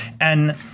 And-